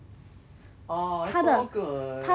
!aww! so good oh my god